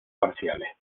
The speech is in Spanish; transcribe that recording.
parciales